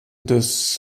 des